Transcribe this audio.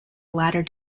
latter